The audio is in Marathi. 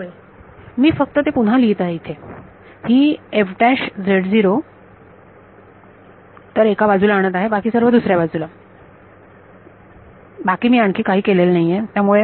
विद्यार्थी होय मी फक्त हे पुन्हा लिहीत आहे इथे ही तर एका बाजूला आणत आहे बाकी सर्व दुसऱ्या बाजूला बाकी मी काहीही केलेले नाहीये त्यामुळे